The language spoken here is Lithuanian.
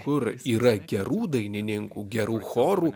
kur yra gerų dainininkų gerų chorų